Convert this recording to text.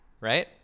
Right